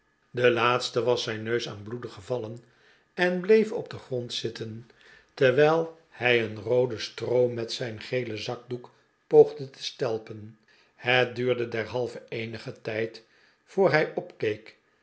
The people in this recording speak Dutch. de laatste was zijn neus aan bloeden gevallen en bleef op den grond zitten terwijl hij den rooden stroom met zijn gelen zakdoek poogde te stelpen het duurde derhalve eenigen tijd voor hij dpkeek